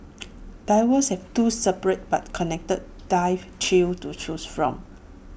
divers have two separate but connected dive trails to choose from